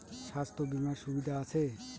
স্বাস্থ্য বিমার সুবিধা আছে?